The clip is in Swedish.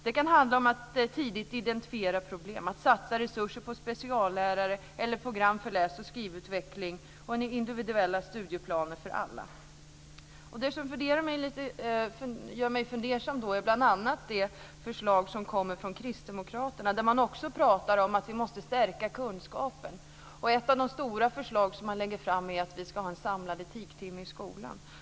Det kan handla om att tidigt identifiera problem, att satsa resurser på speciallärare eller program för läsoch skrivutveckling och individuella studieplaner för alla. Det som gör mig lite fundersam är bl.a. det förslag som kommer från kristdemokraterna. De pratar också om att vi måste öka kunskaperna. Ett av de stora förslag som de lägger fram handlar om att det ska vara en etiksamling i skolan.